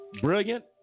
Brilliant